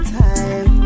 time